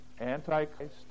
Antichrist